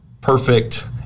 perfect